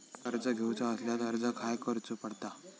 कर्ज घेऊचा असल्यास अर्ज खाय करूचो पडता?